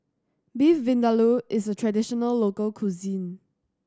Beef Vindaloo is a traditional local cuisine